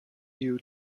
you